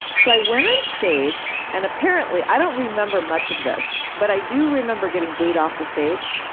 so i went onstage and apparently i don't remember much of this but i do remember getting booed off the stage.